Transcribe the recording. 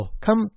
Come